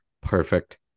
perfect